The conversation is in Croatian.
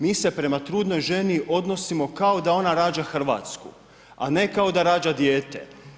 Mi se prema trudnoj ženi odnosimo kao da ona rađa RH, a ne kao da rađa dijete.